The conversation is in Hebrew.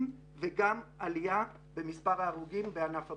וגם עלייה במספר ההרוגים בענף הבנייה.